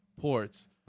ports